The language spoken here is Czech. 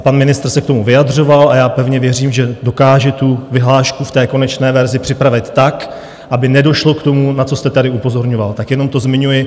Pan ministr se k tomu vyjadřoval a já pevně věřím, že dokáže tu vyhlášku v té konečné verzi připravit tak, aby nedošlo k tomu, na co jste tady upozorňoval, tak jenom to zmiňuji.